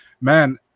man